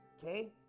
Okay